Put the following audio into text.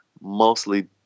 mostly